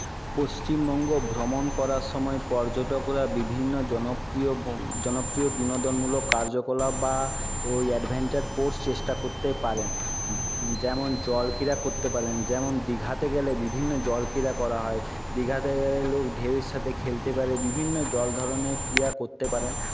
পশ্চিমবঙ্গ ভ্রমণ করার সময় পর্যটকরা বিভিন্ন জনপ্রিয় জনপ্রিয় বিনোদনমূলক কার্যকলাপ বা ওই অ্যাডভেঞ্চার স্পোর্টস চেষ্টা করতে পারেন যেমন জল ক্রিড়া করতে পারেন যেমন দিঘাতে গেলে বিভিন্ন জল ক্রিড়া করা হয় দিঘাতে গেলে লোক ঢেউয়ের সাথে খেলতে পারে বিভিন্ন জল ধরনের ক্রিড়া করতে পারেন